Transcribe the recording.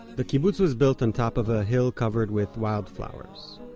the kibbutz was built on top of a hill covered with wildflowers.